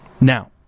Now